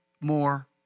more